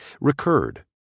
recurred